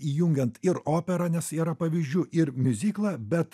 įjungiant ir operą nes yra pavyzdžių ir miuziklą bet